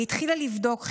היא התחילה לבדוק,